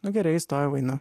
nu gerai įstojau einu